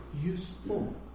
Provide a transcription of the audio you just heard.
useful